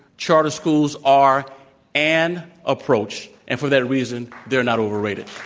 charter schools are an approach and for that reason they're not overrated.